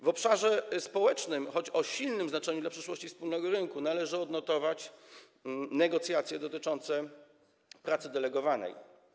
W obszarze społecznym, choć o silnym znaczeniu dla przyszłości wspólnego rynku, należy odnotować negocjacje dotyczące pracy delegowanej.